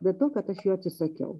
be tuo kad aš jo atsisakiau